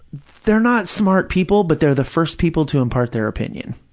they're not smart people, but they're the first people to impart their opinion.